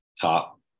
Top